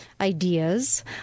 ideas